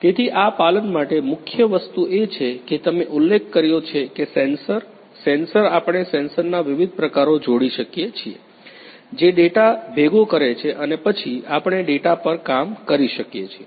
તેથી આ પાલન માટે મુખ્ય વસ્તુ એ છે કે તમે ઉલ્લેખ કર્યો છે કે સેન્સર સેન્સર આપણે સેન્સરના વિવિધ પ્રકારો જોડી શકીએ છીએ જે ડેટા ભેગો કરે છે અને પછી આપણે ડેટા પર કામ કરી શકીએ છીએ